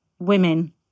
women